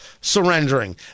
surrendering